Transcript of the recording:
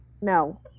No